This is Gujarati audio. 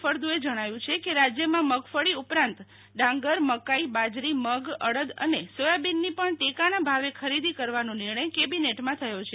ફળદુએ જણાવ્યું છે કે રાજ્યમાં મગફળી ઉપરાંત ડાંગર મકાઇ બાજરી મગ અડદ અને સોયાબીનની પણ ટેકાના ભાવે ખરીદી કરવાનો નિર્ણય કેબિનેટ માં થયો છે